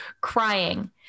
crying